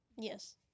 yes